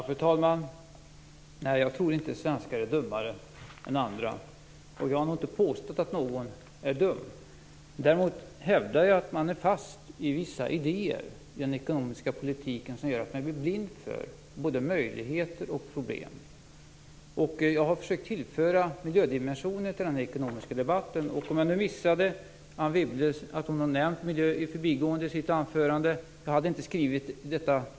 Fru talman! Jag tror inte att svenskar är dummare än andra. Jag har heller inte påstått att någon är dum. Däremot hävdar jag att man är fast i vissa idéer i den ekonomiska politiken som gör att man blir blind för både möjligheter och problem. Jag har försökt tillföra miljödimensionen till den här ekonomiska debatten. Jag hade inte skrivit i mitt tal att ni andra inte tog upp miljön, utan jag lyssnade på er.